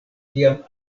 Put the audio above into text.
tiam